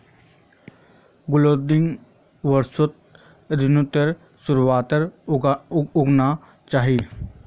गुलाउदीक वसंत ऋतुर शुरुआत्त उगाना चाहिऐ